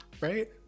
right